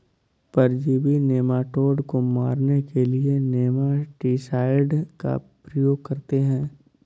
परजीवी नेमाटोड को मारने के लिए नेमाटीसाइड का प्रयोग करते हैं